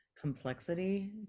complexity